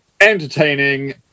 entertaining